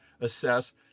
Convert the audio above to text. assess